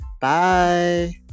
Bye